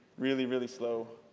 really, really slow.